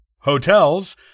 hotels